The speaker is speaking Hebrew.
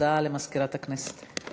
הודעה למזכירת הכנסת.